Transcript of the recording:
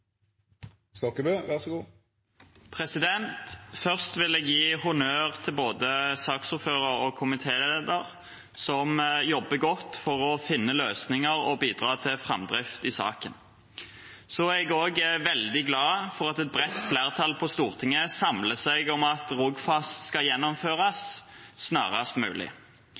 Først vil jeg gi honnør til både saksordføreren og komitélederen, som har jobbet godt for å finne løsninger og bidra til framdrift i saken. Jeg er også veldig glad for at et bredt flertall på Stortinget samler seg om at Rogfast skal gjennomføres snarest mulig,